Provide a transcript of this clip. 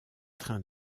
trains